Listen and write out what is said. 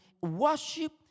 worship